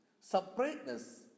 separateness